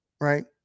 right